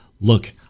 look